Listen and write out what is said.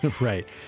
Right